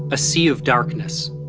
a sea of darkness,